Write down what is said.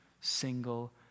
single